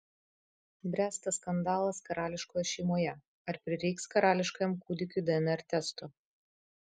bręsta skandalas karališkoje šeimoje ar prireiks karališkajam kūdikiui dnr testo